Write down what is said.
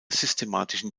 systematischen